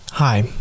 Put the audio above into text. Hi